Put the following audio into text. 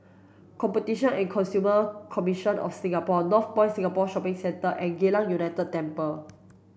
competition and Consumer Commission of Singapore Northpoint Shopping Centre and Geylang United Temple